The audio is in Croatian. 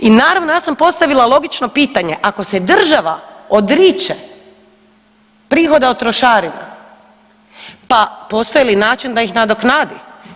I naravno ja sam postavila logično pitanje, ako se država odriče prihoda od trošarina pa postoji li način da ih nadoknadi?